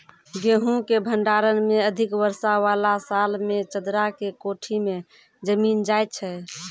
गेहूँ के भंडारण मे अधिक वर्षा वाला साल मे चदरा के कोठी मे जमीन जाय छैय?